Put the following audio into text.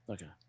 Okay